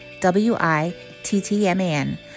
W-I-T-T-M-A-N